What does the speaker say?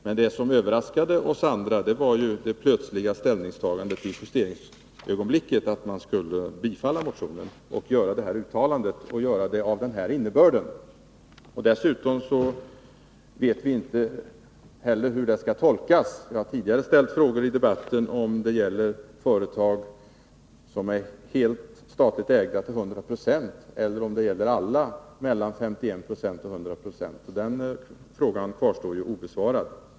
Men det som överraskade oss var det plötsliga ställningstagandet i justeringsögonblicket, till förmån för bifall till motionen, och beslutet att göra ett uttalande av den innebörd som det gällde. Dessutom vet vi inte heller hur detta skall tolkas. Vi har tidigare i debatten ställt frågor om huruvida det avser företag som till 100 26 är statligt ägda eller om det avser alla företag som till mellan 51 och 100 20 är statsägda. Den frågan kvarstår obesvarad.